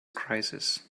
crisis